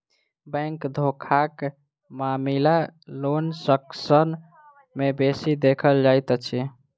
bank धोखाक मामिला loan section मे बेसी देखल जाइत अछि